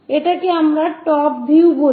এটাকে আমরা top view বলি